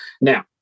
Now